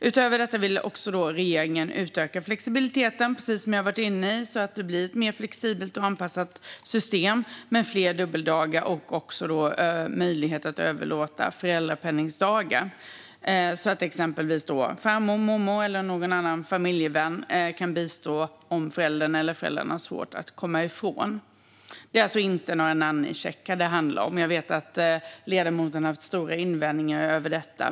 Utöver detta vill regeringen, precis som jag varit inne på, utöka flexibiliteten så att det blir ett mer flexibelt och anpassat system med fler dubbeldagar och även möjlighet att överlåta föräldrapenningdagar så att exempelvis farmor, mormor eller någon annan familjevän kan bistå om en förälder har svårt att komma ifrån. Det är alltså inte några nannycheckar det handlar om. Jag vet att ledamoten har haft stora invändningar mot detta.